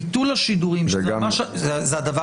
ביטול השידורים --- זה גם --- זה הדבר